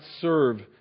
serve